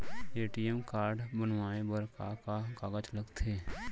ATM card बनवाये बर का का कागज लगथे?